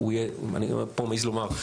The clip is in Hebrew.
אני פה מעז לומר,